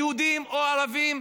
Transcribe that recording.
יהודים או ערבים,